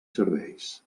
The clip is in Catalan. serveis